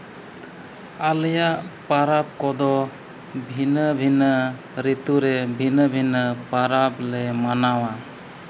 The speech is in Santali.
ᱟᱞᱮᱭᱟᱜ ᱯᱚᱨᱚᱵᱽ ᱠᱚᱫᱚ ᱵᱷᱤᱱᱟᱹ ᱵᱷᱤᱱᱟᱹ ᱨᱤᱛᱩᱨᱮ ᱵᱷᱤᱱᱟᱹ ᱵᱷᱤᱱᱟᱹ ᱯᱚᱨᱚᱵᱽ ᱞᱮ ᱢᱟᱱᱟᱣᱟ